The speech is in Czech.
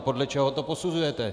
Podle čeho to posuzujete?